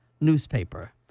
newspaper